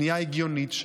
פנייה הגיונית,